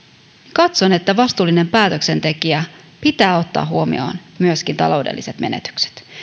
katson että vastuullisen päätöksentekijän pitää ottaa huomioon myöskin taloudelliset menetykset